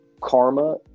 karma